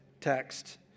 text